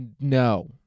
No